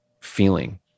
feeling